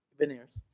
veneers